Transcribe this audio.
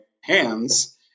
hands